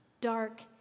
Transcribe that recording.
dark